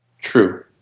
True